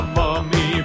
mummy